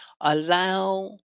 allow